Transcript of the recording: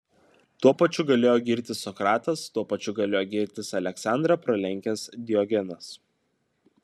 tuo pačiu galėjo girtis sokratas tuo pačiu galėjo girtis aleksandrą pralenkęs diogenas